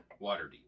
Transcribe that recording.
Waterdeep